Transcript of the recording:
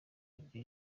ibyo